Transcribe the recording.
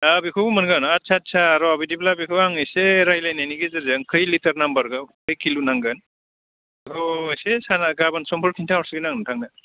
दा बेखौबो मोनगोन आस्सा आस्सा र' बिदिब्ला बेखौ आं एसे रायज्लायनायनि गेजेरजों खै लिटार नांमारगौ खै किल' नांगोन बेखौ एसे सारा गाबोन समफोर खिन्था हरसिगोन आं नोंथांनो